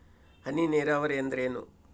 ಹನಿ ನೇರಾವರಿ ಎಂದರೇನು?